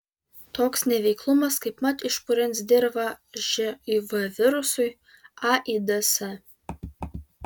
toks neveiklumas kaipmat išpurens dirvą živ virusui aids